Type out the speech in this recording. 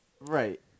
Right